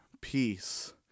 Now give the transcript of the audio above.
peace